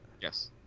yes